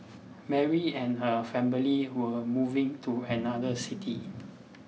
Mary and her family were moving to another city